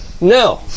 No